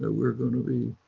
ah we're going to be,